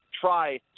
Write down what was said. try